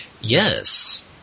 Yes